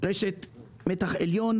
רשת מתח עליון,